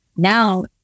now